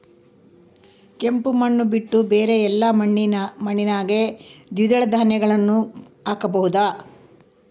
ಕೆಂಪು ಮಣ್ಣು ಬಿಟ್ಟು ಬೇರೆ ಎಲ್ಲಾ ಮಣ್ಣಿನಾಗ ದ್ವಿದಳ ಧಾನ್ಯಗಳನ್ನ ಹಾಕಬಹುದಾ?